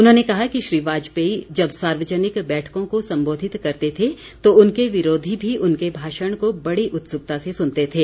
उन्होंने कहा कि श्री वाजपेयी जब सार्वजनिक बैठकों को संबोधित करते थे तो उनके विरोधी भी उनके भाषण को बड़ी उत्सुकता से सुनते थे